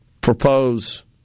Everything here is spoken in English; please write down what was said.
propose